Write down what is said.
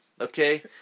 okay